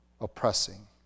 oppressing